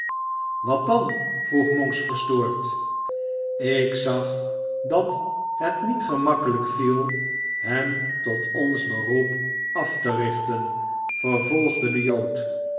wat dan vroeg monks verstoord ik zag dat het niet gemakkelijk viel hem tot ons beroep af te richten vervolgde de jood